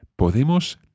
podemos